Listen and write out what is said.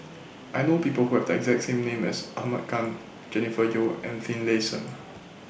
I know People Who Have The exact same name as Ahmad Khan Jennifer Yeo and Finlayson